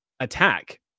attack